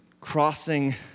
crossing